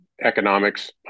economics